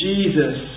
Jesus